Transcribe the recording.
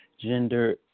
gender